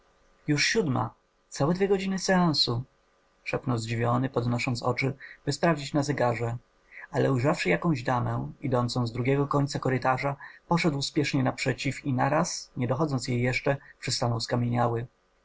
już siódma całe dwie godziny seansu szepnął zdziwiony podnosząc oczy by sprawdzić na zegarze ale ujrzawszy jakąś damę idącą z drugiego końca korytarza poszedł śpiesznie naprzeciw i naraz nie dochodząc jej jeszcze przystanął skamieniały